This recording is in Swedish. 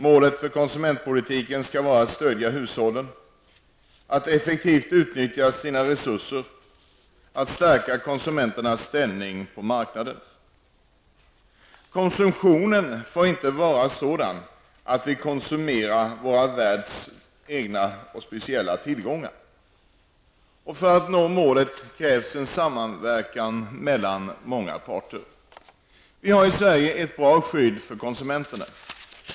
Målet för konsumentpolitiken skall vara att stödja hushållen att effektivt utnyttja sina resurser och att stärka konsumenternas ställning på marknaden. Konsumtionen får inte ske på ett sådant sätt att vi gör oss av med vår världs alldeles speciella tillgångar. För att nå konsumentpolitikens mål krävs det en samverkan mellan många parter. Vi har i Sverige ett bra skydd för konsumenterna.